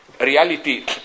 reality